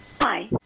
Hi